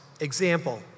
example